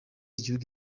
igihugu